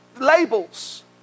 Labels